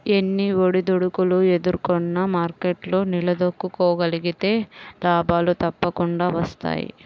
ఎన్ని ఒడిదుడుకులు ఎదుర్కొన్నా మార్కెట్లో నిలదొక్కుకోగలిగితే లాభాలు తప్పకుండా వస్తాయి